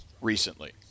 recently